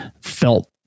felt